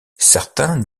certains